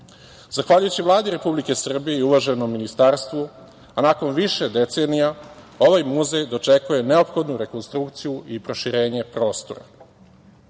kulture. Zahvaljujući Vladi Republike Srbije i uvaženom ministarstvu, a nakon više decenija, ovaj muzej dočekuje neophodnu rekonstrukciju i proširenje prostora.U